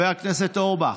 בבקשה.